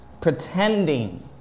Pretending